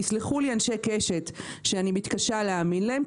יסלחו לי אנשי קשת שאני מתקשה להאמין להם,